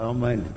Amen